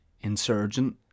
insurgent